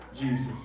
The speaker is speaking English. Jesus